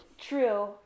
True